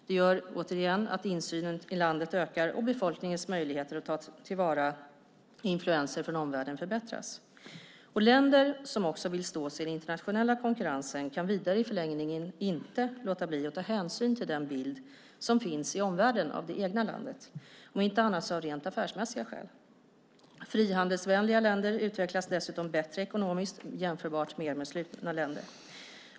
Det gör, återigen, att insynen i landet ökar och att befolkningens möjligheter att ta till vara influenser från omvärlden förbättras. Länder som också vill stå sig i den internationella konkurrensen kan i förlängningen inte låta bli att ta hänsyn till den bild som finns i omvärlden av det egna landet, om inte annat så av rent affärsmässiga skäl. Frihandelsvänliga länder utvecklas dessutom bättre ekonomiskt jämfört med slutna länder.